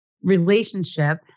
relationship